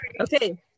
Okay